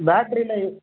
பேட்ரியில